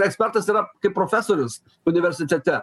ekspertas yra kaip profesorius universitete